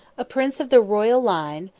a prince of the royal line,